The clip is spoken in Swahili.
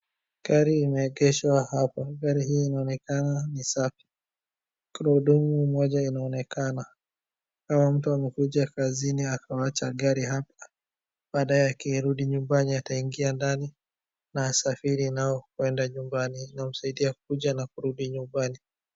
Gari imeegeshwa hapa. Gari hii inaonekana ni safi. Gurudumu moja inaonekana. Ni kama mtu amekuja kazini akawacha gari hapa. Baada yake akirudi nyumbani ataingia ndani na asafiri nayo kuenda nyumbani. Inamsadidia kukuja na kurudi nyumbani.